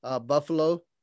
Buffalo